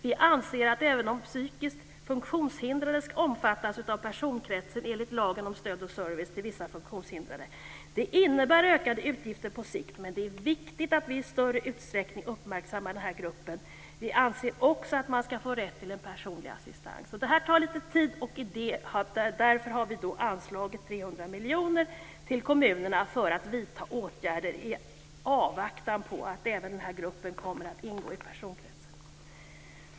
Vi anser att även de psykiskt funktionshindrade skall omfattas av personkretsen enligt lagen om stöd och service till vissa funktionshindrade. Det innebär ökade utgifter på sikt, men det är viktigt att vi i större utsträckning uppmärksammar den här gruppen. Vi anser också att man skall få rätt till personlig assistans. Det tar tid. Därför har vi anslagit 300 miljoner till kommunerna för att vidta åtgärder i avvaktan på att även den här gruppen kommer att ingå i personkretsen. Herr talman!